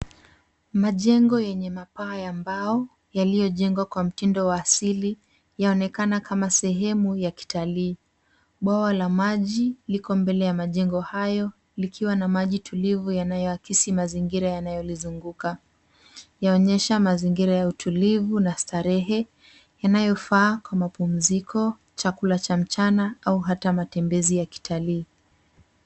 Majengo yenye mapaa ya mbao, yaliyojengwa kwa mtindo wa asili yaonekana kama sehemu ya kitalii. Bwawa la maji liko mbele ya majengo hayo likiwa na maji tulivu yanayo akisi mazingira yanayo lizunguka. Yaonyesha mazingira ya utulivu na starehe yanayofaa kwa mapumziko, chakula cha mchana au hata matembezi ya kitalii.